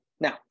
Now